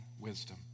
wisdom